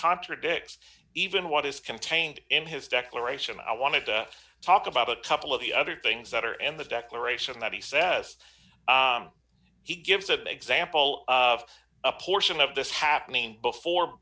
contradicts even what is contained in his declaration i want to talk about a couple of the other things that are in the declaration that he says he gives an example of a portion of this happening before